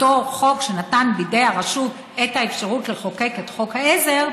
אותו חוק שנתן בידי הרשות את האפשרות לחוקק את חוק העזר,